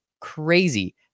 crazy